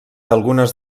algunes